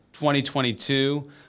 2022